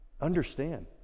understand